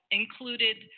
included